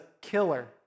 killer